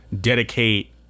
dedicate